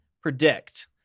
predict